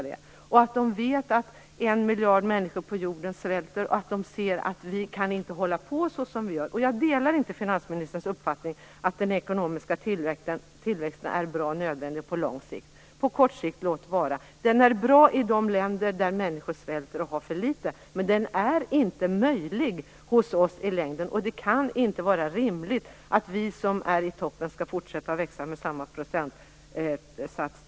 De vet att en miljard människor på jorden svälter, och de ser att vi inte kan hålla på så som vi gör. Jag delar inte finansministerns uppfattning att den ekonomiska tillväxten är bra och nödvändig på lång sikt. Låt vara att den kanske är det på kort sikt. Den är bra i de länder där människor svälter och har för litet, men den är inte möjlig hos oss i längden. Det kan inte vara rimligt att vi som är i toppen skall fortsätta att växa med samma procentsats.